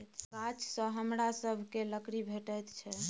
गाछसँ हमरा सभकए लकड़ी भेटैत छै